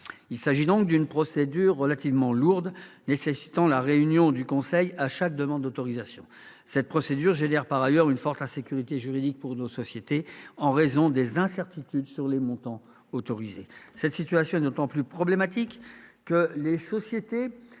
Il s'agit donc d'une procédure relativement lourde, qui nécessite la réunion du conseil à chaque demande d'autorisation. Cette procédure entraîne par ailleurs une forte insécurité juridique pour nos sociétés en raison des incertitudes sur les montants autorisés. Cette situation est d'autant plus problématique que les sociétés